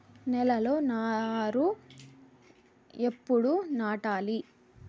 నేలలో నారు ఎప్పుడు నాటాలి?